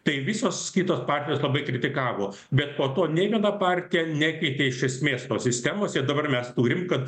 tai visos kitos partijos labai kritikavo bet po to nei viena partija nekeitė iš esmės sistemos ir dabar mes turim kad